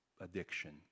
addiction